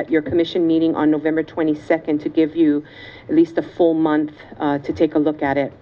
at your commission meeting on november twenty second to give you at least a full month to take a look at it